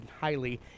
highly